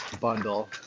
bundle